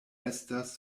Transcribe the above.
estas